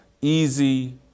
easy